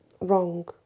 wrong